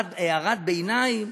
הערת ביניים,